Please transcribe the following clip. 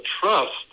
trust